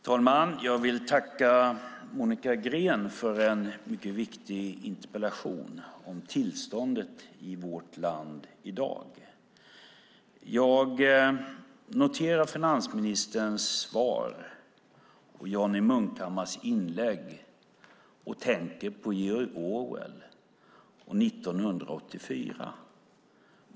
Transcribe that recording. Fru talman! Jag vill tacka Monica Green för en mycket viktig interpellation om tillståndet i vårt land i dag. Jag noterar finansministerns svar och Johnny Munkhammars inlägg och tänker på George Orwells 1984 .